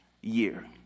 year